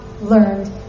learned